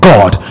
God